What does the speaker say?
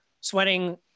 sweating